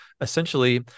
essentially